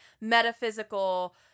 metaphysical